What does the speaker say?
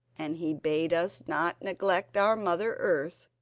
and he bade us not neglect our mother earth,